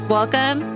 Welcome